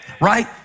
right